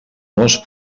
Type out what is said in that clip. mos